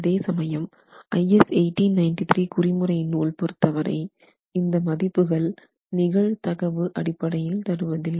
அதே சமயம் IS 1893 குறிமுறை நூல் பொருத்தவரை இந்த மதிப்புகள் நிகழ்தகவு அடிப்படையில் தருவதில்லை